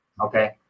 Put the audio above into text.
Okay